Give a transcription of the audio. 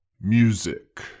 Music